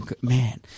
Man